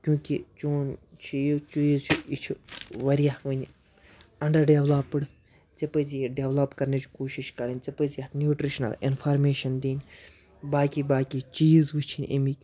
کیونٛکہِ چون چیٖز چیزٖ چھِ یہِ چھِ واریاہ وٕنہِ اَنڈَرڈٮ۪ولَپٕڈ ژےٚ پَزِ یہِ ڈٮ۪ولَپ کَرنٕچ کوٗشِش کَرٕنۍ ژےٚ پَزِ اَتھ نیوٗٹِرٛشنَل اِنفارمیشَن دِنۍ باقٕے باقٕے چیٖز وٕچھِنۍ امِکۍ